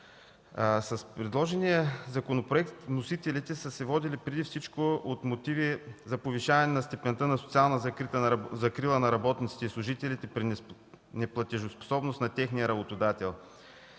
С предложения законопроект вносителите са се водили преди всичко от мотива за повишаване на степента на социална закрила на работниците и служителите при неплатежоспособност на техния работодател.